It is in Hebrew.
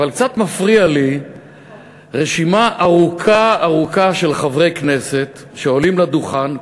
אבל קצת מפריעה לי רשימה ארוכה ארוכה של חברי כנסת שעולים לדוכן,